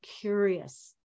curious